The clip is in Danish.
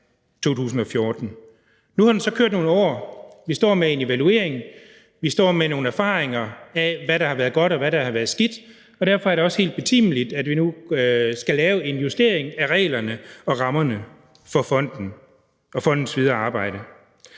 2014. Nu har den så kørt i nogle år, vi står med en evaluering, vi står med nogle erfaringer, som viser, hvad der har været godt, og hvad der har været skidt, og derfor er det også helt betimeligt, at vi nu skal lave en justering af reglerne og rammerne for fonden og fondens videre arbejde.